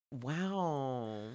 wow